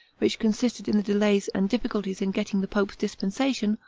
which consisted in the delays and difficulties in getting the pope's dispensation,